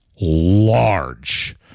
large